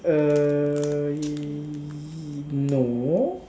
err y~ no